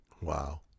Wow